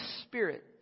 spirit